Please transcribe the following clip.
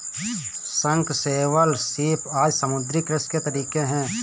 शंख, शैवाल, सीप आदि समुद्री कृषि के तरीके है